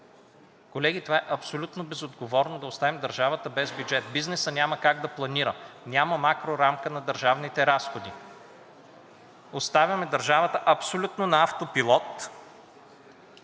Колеги, това е абсолютно безотговорно да оставим държавата без бюджет, бизнесът няма как да планира, няма макрорамка на държавните разходи, оставяме държавата абсолютно на автопилот,